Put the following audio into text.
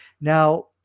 Now